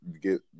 get